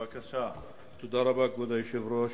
כבוד היושב-ראש,